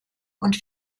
und